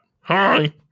hi